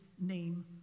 name